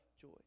joy